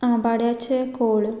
आंबाड्याचे कोळ